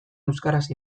euskaraz